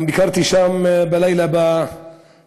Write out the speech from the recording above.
גם ביקרתי שם בלילה במקום.